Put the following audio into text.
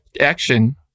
action